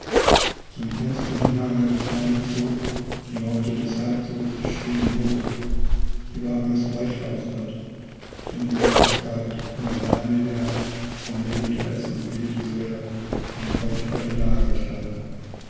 zum fenster hinein er die fahne zog die leute des herzogs die schrien hoch sie waren es gleichfalls satt denn die nacht war kalt von der leine her da nebelte es und wehte sehr und feucht war die